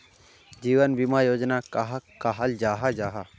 जीवन बीमा योजना कहाक कहाल जाहा जाहा?